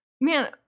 man